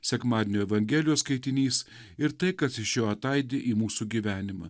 sekmadienio evangelijos skaitinys ir tai kas iš jo ataidi į mūsų gyvenimą